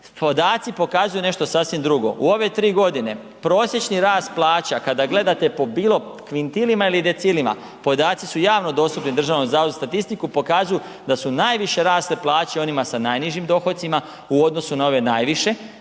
Podaci pokazuju nešto sasvim drugo. U ove tri godine prosječni rast plaća kada gledate po bilo kvintilima ili decilima, podaci su javno dostupni Državnom zavodu za statistiku, pokazuju da su najviše rasle plaće onima sa najnižim dohocima u odnosu na ove najviše,